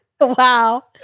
Wow